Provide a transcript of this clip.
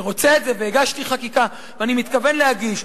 אני רוצה את זה, והגשתי חקיקה, ואני מתכוון להגיש.